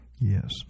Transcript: Yes